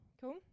Cool